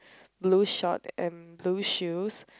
blue short and blue shoes